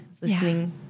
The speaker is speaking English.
listening